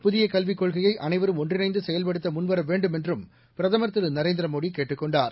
புதிய கல்விக் கொள்கையை அனைவரும் ஒன்றிணைந்து செயவ்படுத்த முன்வர வேண்டுமென்றும் பிரதமர் திரு நரேந்திரமோடி கேட்டுக் கொண்டார்